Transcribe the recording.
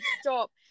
stop